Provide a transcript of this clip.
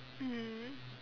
mm